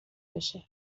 بشه